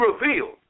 revealed